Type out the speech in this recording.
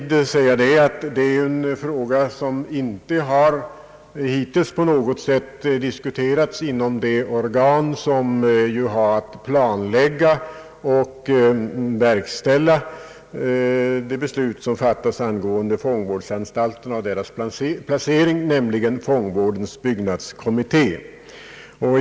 Det är en fråga som hittills inte på något sätt har diskuterats inom det organ som har att planlägga och verkställa de beslut som fattas angående fångvårdsanstalterna och deras placering, nämligen fångvårdens byggnadskommitté.